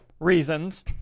reasons